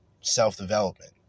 self-development